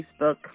Facebook